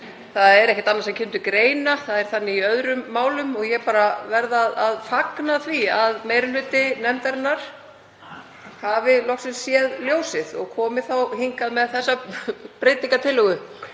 Það er ekkert annað sem kemur til greina. Það er þannig í öðrum málum. Ég verð bara að fagna því að meiri hluti nefndarinnar hafi loksins séð ljósið og komið hingað með þessa breytingartillögu